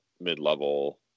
mid-level